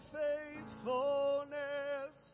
faithfulness